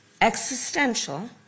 existential